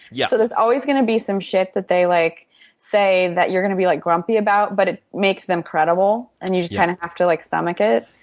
yeah. so there's always going to be some shit that they like say that you're going to be like grumpy about but it makes them credible. and you just kind of have to like stomach it.